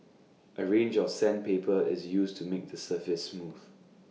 A range of sandpaper is used to make the surface smooth